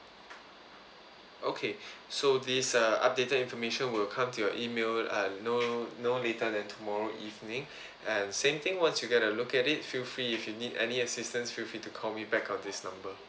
okay so this uh updated information will come to your email uh no no later than tomorrow evening and same thing once you get a look at it feel free if you need any assistance feel free to call me back at this number